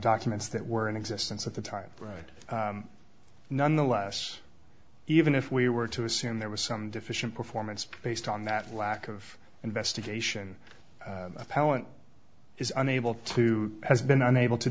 documents that were in existence at the time right nonetheless even if we were to assume there was some deficient performance based on that lack of investigation appellant is unable to has been able to